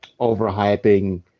overhyping